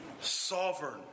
sovereign